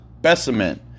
specimen